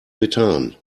methan